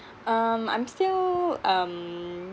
um I'm still um